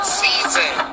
season